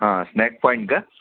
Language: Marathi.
हां स्नॅक पॉईंट का